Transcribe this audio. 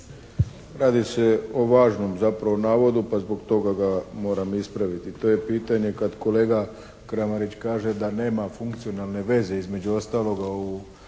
Radi se o važnom zapravo navodu pa zbog toga ga moram ispraviti. To je pitanje kada kolega Kramarić kaže da nema funkcionalne veze između ostaloga u